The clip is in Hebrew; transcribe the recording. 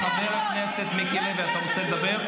חבר הכנסת מיקי לוי, אתה רוצה לדבר?